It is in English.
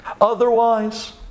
otherwise